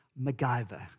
MacGyver